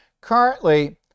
currently